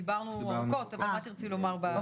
דיברנו ארוכות אבל מה תרצי לומר בנושא?